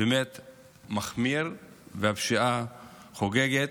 מחמיר והפשיעה חוגגת,